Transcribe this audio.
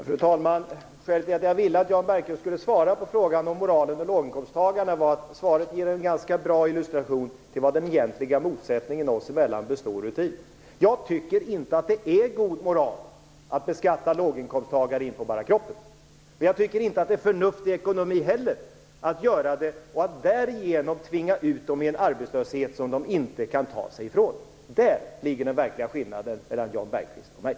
Fru talman! Skälet till att jag ville att Jan Bergqvist skulle svara på frågan om moralen vad gäller låginkomsttagarna var att svaret ger en ganska bra illustration av vad den egentliga motsättningen oss emellan består i. Jag tycker inte att det är god moral att beskatta låginkomsttagare in på bara kroppen. Jag tycker inte heller att det är en förnuftig ekonomi att göra det och att därigenom tvinga ut dem i en arbetslöshet som de inte kan ta sig ifrån. Där ligger den verkliga skillnaden mellan Jan Bergqvist och mig.